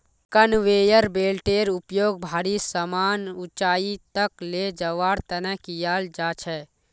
conveyor बेल्टेर उपयोग भारी समान ऊंचाई तक ले जवार तने कियाल जा छे